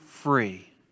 free